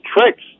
tricks